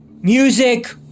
music